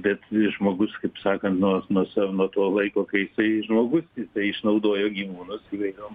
bet žmogus kaip sakant nuo nuo nuo to laiko kai jisai žmogus išnaudojo gyvūnus įvairiom